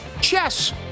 Chess